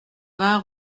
vingt